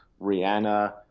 Rihanna